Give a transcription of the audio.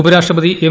ഉപരാഷ്ട്രപതി എം